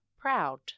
proud